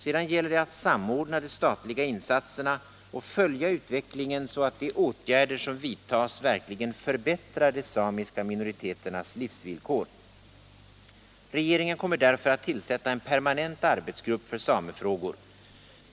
Sedan gäller det att samordna de statliga insatserna och följa utvecklingen så att de åtgärder som vidtas verkligen förbättrar de samiska minoriteternas hivsvillkor. Regeringen kommer därför att tillsätta en permanent arbetsgrupp för samefrågor.